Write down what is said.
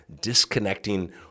disconnecting